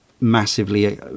massively